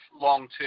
long-term